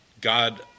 God